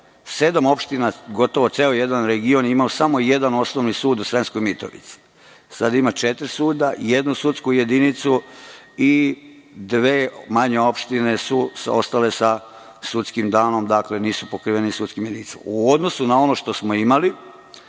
sedam opština, gotovo ceo jedan region je imao samo jedan Osnovni sud u Sremskoj Mitrovici, a sada ima četiri suda, jednu sudsku jedinicu i dve manje opštine su ostale sa sudskim danom, dakle, nisu pokriveni sudskim jedinicama. U odnosu na ono što smo imali